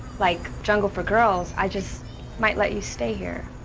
like jungle for girls, i just might let you stay here.